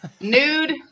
nude